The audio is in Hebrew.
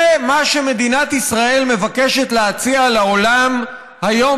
זה מה שמדינת ישראל מבקשת להציע לעולם היום